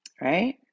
Right